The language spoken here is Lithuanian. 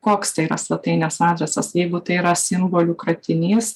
koks yra svetainės adresas jeigu tai yra simbolių kratinys